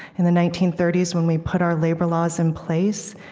in the nineteen thirty s, when we put our labor laws in place,